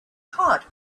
heart